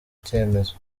icyemezo